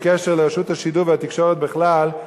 בקשר לרשות השידור והתקשורת כלל.